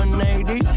180